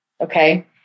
okay